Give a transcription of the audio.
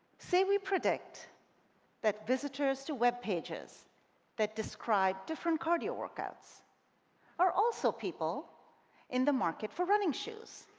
say we predict that visitors to web pages that describe different cardio workouts are also people in the market for running shoes.